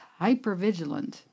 hypervigilant